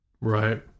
Right